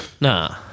Nah